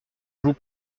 vous